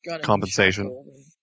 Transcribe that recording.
compensation